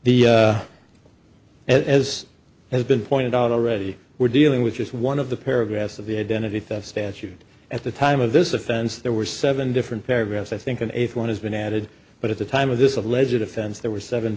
the as has been pointed out already we're dealing with just one of the paragraphs of the identity theft statute at the time of this offense there were seven different paragraphs i think an eighth one has been added but at the time of this alleged offense there were seven